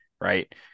Right